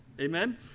Amen